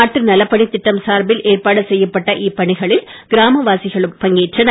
நாட்டு நலப்பணித் திட்டம் சார்பில் ஏற்பாடு செய்யப்பட்ட இப்பணிகளில் கிராமவாசிகளும் பங்கேற்றனர்